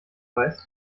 weiß